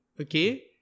okay